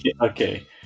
okay